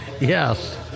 yes